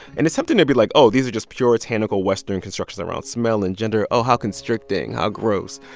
and it's tempting to be like, oh, these are just puritanical, western constructions around smell and gender oh, how constricting, how gross.